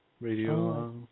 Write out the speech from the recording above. radio